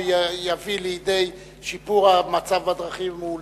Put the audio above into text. או יביא לידי שיפור המצב בדרכים הוא לעניין,